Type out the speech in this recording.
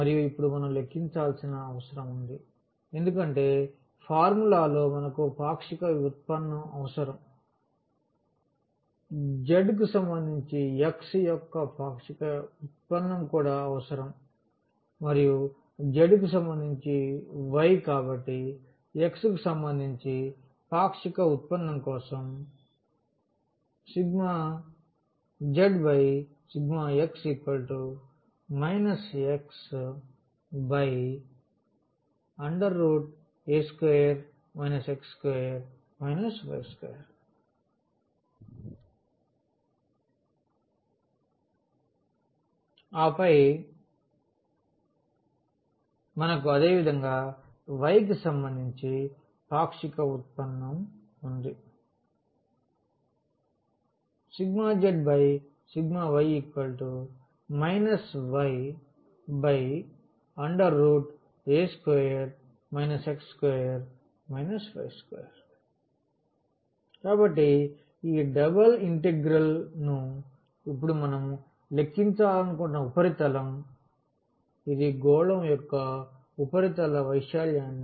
మరియు ఇప్పుడు మనం లెక్కించాల్సిన అవసరం ఉంది ఎందుకంటే ఫార్ములాలో మనకు పాక్షిక వ్యుత్పన్నం అవసరం z కి సంబంధించి x యొక్క పాక్షికవ్యుత్పన్నం కూడా అవసరం మరియు z కి సంబంధించి y కాబట్టి x సంబంధించి పాక్షిక వ్యుత్పన్నం కోసం ∂z∂x xa2 x2 y2 ఆపై మనకు అదేవిధంగా y కి సంబంధించి పాక్షిక వ్యుత్పన్నం ఉంది ∂z∂y ya2 x2 y2 కాబట్టి ఈ డబుల్ ఇంటగ్రల్ ను ఇప్పుడు మనం లెక్కించాలనుకుంటున్న ఉపరితలం ఇది గోళం యొక్క ఉపరితల వైశాల్యాన్ని ఇస్తుంది